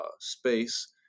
space